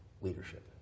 leadership